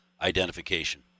identification